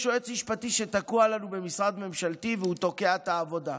יש יועץ משפטי שתקוע לנו במשרד ממשלתי והוא תוקע את העבודה.